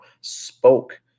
spoke